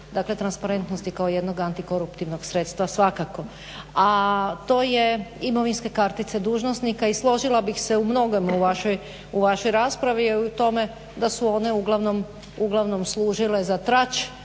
dakle transparentnosti kao jednog antikoruptivnog sredstva svakako, a to je imovinske kartice dužnosnika i složila bih se u mnogome u vašoj raspravi i u tome da su one uglavnom služile za trač